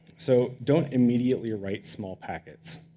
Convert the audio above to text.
so don't immediately write small packets.